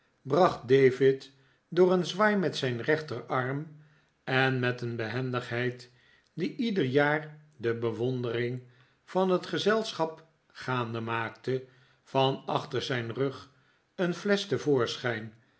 bracht david door een zwaai met zijn rechterarm en met een behendigheid die ieder jaar de be wondering van het gezelschap gaande maakte van achter zijn rug een flesch